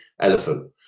elephant